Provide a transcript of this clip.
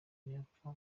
yapfa